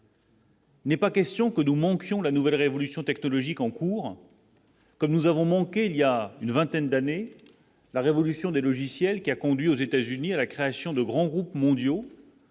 N'est pas question que nous manquions la nouvelle révolution technologique en cours comme nous avons manqué il y a une vingtaine d'années, la révolution des logiciels qui a conduit aux États-Unis à la création de grands groupes mondiaux.